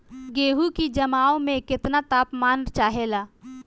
गेहू की जमाव में केतना तापमान चाहेला?